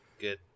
Good